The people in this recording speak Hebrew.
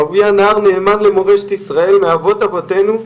אהוביה נער נאמן למורשת ישראל מאבות אבותינו,